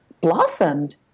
blossomed